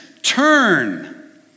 Turn